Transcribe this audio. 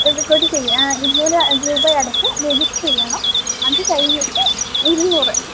ഇരുന്നൂറ് രൂപയടച്ച് രജിസ്റ്റര് ചെയ്യണം അതുകഴിഞ്ഞിട്ട് ഇരുന്നൂറ്